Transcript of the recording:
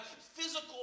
physical